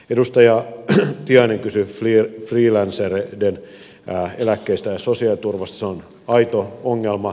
edustaja tiainen kysyi freelancereiden eläkkeistä ja sosiaaliturvasta se on aito ongelma